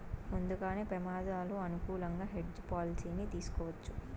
ముందుగానే ప్రమాదాలు అనుకూలంగా హెడ్జ్ పాలసీని తీసుకోవచ్చు